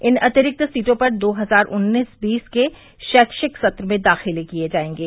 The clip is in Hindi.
इन अतिरिक्त सीटों पर दो हजार उन्नीस वीस के शैक्षिक सत्र में दाखिले किए जाएंगे